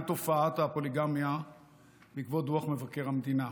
תופעת הפוליגמיה בעקבות דוח מבקר המדינה.